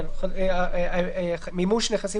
זה צריך להיות "גם לנושיו המהותיים